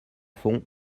fond